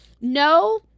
No